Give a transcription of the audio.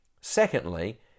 Secondly